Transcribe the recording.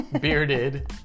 bearded